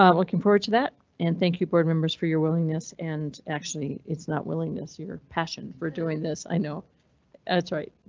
um looking forward to that and thank you board members for your willingness and actually it's not willingness. your passion for doing this. i know that's right,